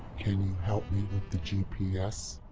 can you help me with the gps?